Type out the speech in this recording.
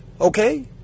Okay